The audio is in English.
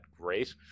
great